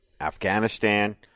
Afghanistan